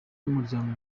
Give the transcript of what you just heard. y’umuryango